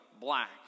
black